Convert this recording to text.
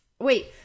wait